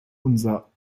unsere